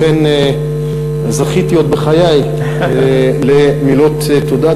לכן זכיתי עוד בחיי למילות תודה.